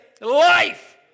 life